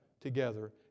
together